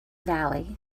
valley